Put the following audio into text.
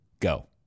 Go